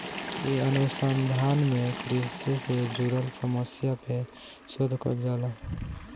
इ अनुसंधान में कृषि से जुड़ल समस्या पे शोध कईल जाला